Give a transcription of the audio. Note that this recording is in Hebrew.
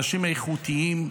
אנשים איכותיים,